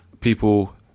people